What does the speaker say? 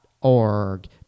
org